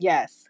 Yes